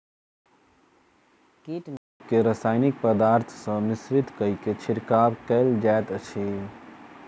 कीटनाशक के रासायनिक पदार्थ सॅ मिश्रित कय के छिड़काव कयल जाइत अछि